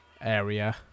area